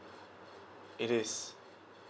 it is